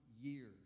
years